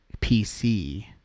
PC